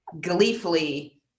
gleefully